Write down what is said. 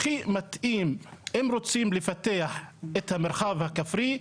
הכי מתאים אם רוצים לפתח את המרחב הכפרי,